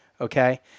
Okay